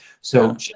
So-